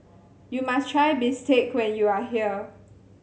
you must try bistake when you are here